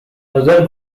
other